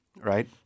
right